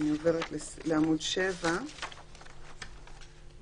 אני עוברת לעמוד